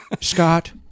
scott